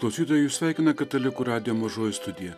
klausytojai jus sveikina katalikų radijo mažoji studija